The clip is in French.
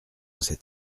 cet